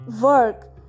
work